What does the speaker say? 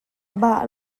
bah